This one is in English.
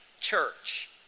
church